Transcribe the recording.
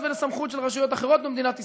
ולסמכות של רשויות אחרות במדינת ישראל,